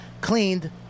cleaned